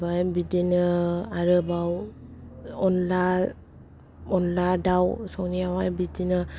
ओमफ्राय बिदिनो आरोबाव अनला अनला दाव संनायावहाय बिदिनो